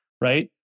Right